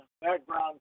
background